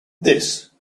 this